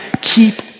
Keep